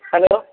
hello